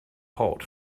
hot